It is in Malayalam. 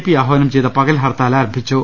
പി ആഹ്വാനം ചെയ്ത പകൽ ഹർത്താൽ ആരം ഭിച്ചു